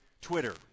Twitter